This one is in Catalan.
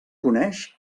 coneix